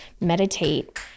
meditate